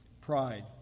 pride